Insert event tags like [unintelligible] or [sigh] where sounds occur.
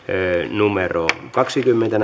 kaksikymmentä [unintelligible]